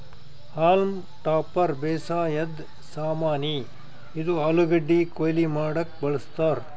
haulm topper ಬೇಸಾಯದ್ ಸಾಮಾನಿ, ಇದು ಆಲೂಗಡ್ಡಿ ಕೊಯ್ಲಿ ಮಾಡಕ್ಕ್ ಬಳಸ್ತಾರ್